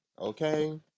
Okay